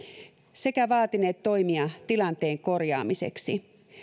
sekä vaatineet toimia tilanteen korjaamiseksi